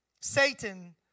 Satan